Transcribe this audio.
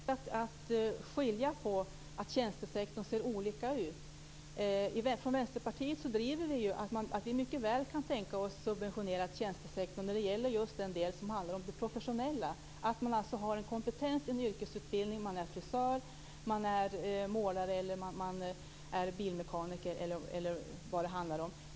Fru talman! Jag tycker att det är viktigt att vara medveten om att tjänstesektorn ser olika ut. I Vänsterpartiet kan vi mycket väl tänka oss en subventionerad tjänstesektor när det gäller just den del som handlar om de professionella, alltså de som har en kompetens, en yrkesutbildning. Det kan handla om frisörer, målare, bilmekaniker eller andra.